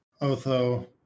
Otho